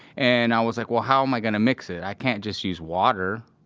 and i was like, well, how am i gonna mix it? i can just use water.